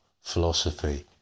philosophy